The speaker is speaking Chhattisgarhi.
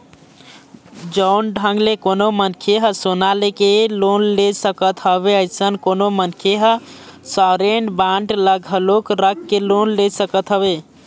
जउन ढंग ले कोनो मनखे ह सोना लेके लोन ले सकत हवय अइसन कोनो मनखे ह सॉवरेन बांड ल घलोक रख के लोन ले सकत हवय